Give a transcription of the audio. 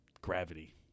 Gravity